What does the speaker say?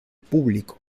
público